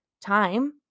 time